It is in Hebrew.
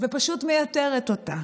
ופשוט מייתרת אותה,